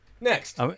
Next